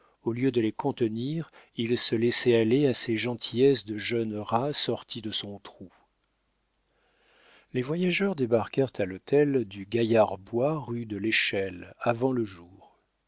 au lieu de les contenir il se laissait aller à ses gentillesses de jeune rat sorti de son trou les voyageurs débarquèrent à l'hôtel du gaillard bois rue de l'échelle avant le jour